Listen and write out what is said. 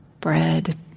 bread